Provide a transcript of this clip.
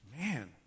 Man